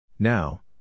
Now